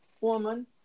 woman